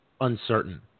uncertain